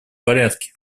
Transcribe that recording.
порядке